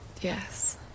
Yes